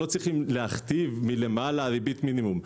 לא צריך להכתיב מלמעלה ריבית מינימום,